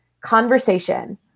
conversation